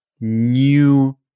new